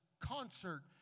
concert